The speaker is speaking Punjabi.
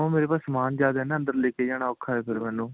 ਮੇਰੇ ਪਾਸ ਸਮਾਨ ਜ਼ਿਆਦਾ ਹੈ ਨਾ ਅੰਦਰ ਲੈ ਕੇ ਜਾਣਾ ਔਖਾ ਏ ਫਿਰ ਮੈਨੂੰ